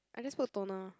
I just put toner